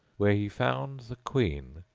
where he found the queen,